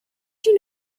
you